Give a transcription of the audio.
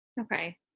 Okay